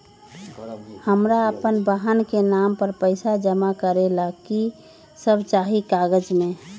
हमरा अपन बहन के नाम पर पैसा जमा करे ला कि सब चाहि कागज मे?